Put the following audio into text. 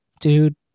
dude